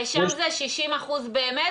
ושם זה 60% באמת,